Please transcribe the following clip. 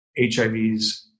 HIVs